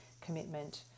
commitment